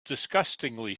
disgustingly